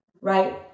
Right